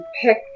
pick